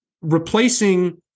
replacing